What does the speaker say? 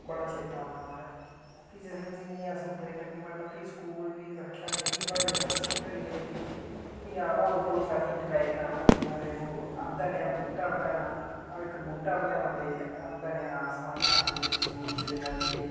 बड़ा चेता औंदा महाराज फ्ही जियां जियां अस उप्परै गी लग्गे पढ़न फ्ही स्कूल बी रक्खेआ फ्ही थोह्ड़ा इंट्रस्ट बी घटी गेआ लेकिन फ्ही हां होर बोहत सारियां कटाईं करानी पौंदी महाराज ओह् अद्धा नेहा बूह्टा बनाना इक बूहटा बनाना ते अद्धना नेहा असमान बनाना ते इक सूरज ते नदी ते